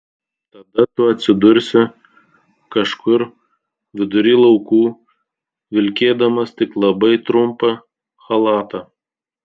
tada tu atsidursi kažkur vidury laukų vilkėdamas tik labai trumpą chalatą